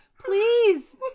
Please